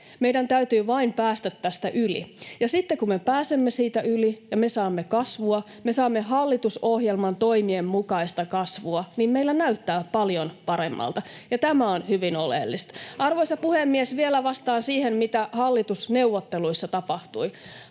Meidän täytyy vain päästä tästä yli, ja sitten kun me pääsemme siitä yli ja me saamme kasvua, me saamme hallitusohjelman toimien mukaista kasvua, niin meillä näyttää paljon paremmalta, ja tämä on hyvin oleellista. Arvoisa puhemies! Vielä vastaan siihen, mitä hallitusneuvotteluissa tapahtui.